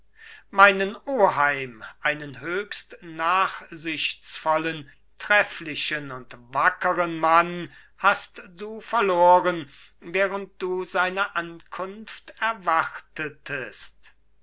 meinen oheim einen höchst nachsichtsvollen trefflichen und wackeren mann hast du verloren während du seine ankunft erwartetest